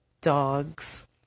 Dogs